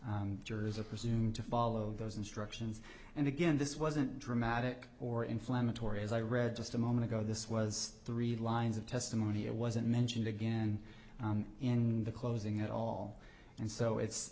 jurors are presumed to follow those instructions and again this wasn't dramatic or inflammatory as i read just a moment ago this was three lines of testimony it wasn't mentioned again in the closing at all and so it's